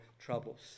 troubles